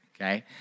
okay